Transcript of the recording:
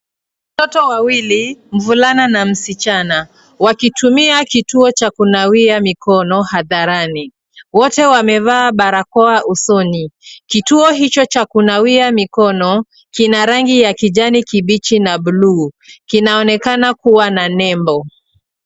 Watoto wawili, mvulana na msichana, wanatumia kituo cha kunawia mikono hadharani. Wote wamevaa barakoa usoni. Kituo hicho cha kunawia mikono kina rangi ya kijani kibichi na buluu. Kinaonekana kuwa na nembo.